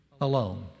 alone